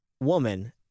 woman